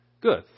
Good